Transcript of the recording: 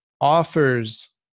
offers